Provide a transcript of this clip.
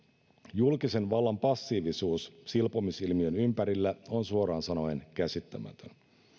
julkisen vallan passiivisuus silpomisilmiön ympärillä on suoraan sanoen käsittämätön